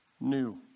new